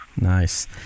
Nice